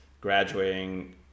graduating